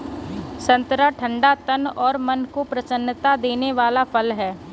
संतरा ठंडा तन और मन को प्रसन्नता देने वाला फल है